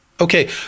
Okay